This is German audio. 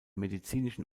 medizinischen